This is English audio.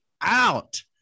out